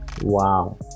wow